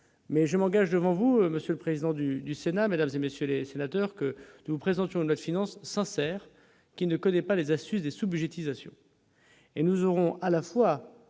mais je m'engage devant vous, monsieur le président du du Sénat, mesdames et messieurs les sénateurs, que nous présentons la finance sincère qui ne connaît pas les ASUS des sous-budgétisation